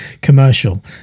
commercial